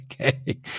okay